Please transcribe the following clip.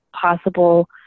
possible